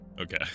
Okay